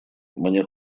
мне